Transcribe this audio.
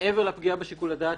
מעבר לפגיעה בשיקול הדעת,